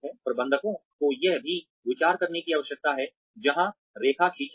प्रबंधकों को यह भी विचार करने की आवश्यकता है जहां रेखा खींचना है